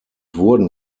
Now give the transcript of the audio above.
wurden